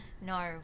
no